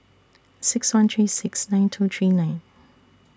six one three six nine two three nine